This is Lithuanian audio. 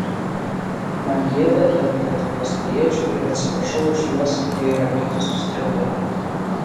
man gėda dėl lietuvos piliečių ir atsiprašau už juos kurie yra kitus nuskriaudę